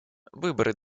выборы